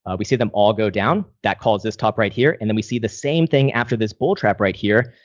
ah we see them all go down. that calls this top right here. and then we see the same thing after this bull trap right here.